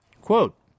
Quote